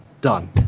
done